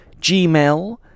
Gmail